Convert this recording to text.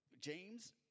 James